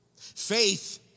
Faith